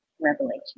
Revelation